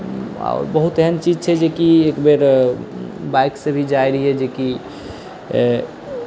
आओर बहुत एहन चीज छै जेकि एकबेर बाइकसँ भी जाइ रहिए जेकि